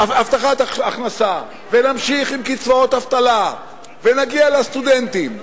הבטחת הכנסה ונמשיך עם קצבאות אבטלה ונגיע לסטודנטים.